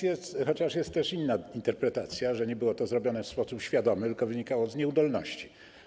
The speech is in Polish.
Jest też inna interpretacja, że nie było to zrobione w sposób świadomy, tylko wynikało z nieudolności.